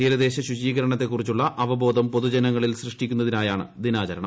തീരദേശ ശുചീകരണത്തെക്കുറിച്ചുള്ള അവബോധം പൊതുജനങ്ങളിൽ സൃഷ്ടിക്കുന്നതിനായാണ് ദിനാചരണം